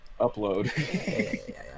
upload